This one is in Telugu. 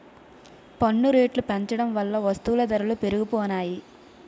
పన్ను రేట్లు పెంచడం వల్ల వస్తువుల ధరలు పెరిగిపోనాయి